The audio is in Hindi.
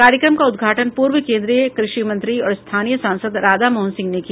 कार्यक्रम का उद्घाटन पूर्व केन्द्रीय कृषि मंत्री और स्थानीय सांसद राधामोहन सिंह ने किया